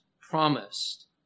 promised